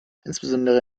insbesondere